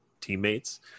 teammates